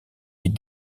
est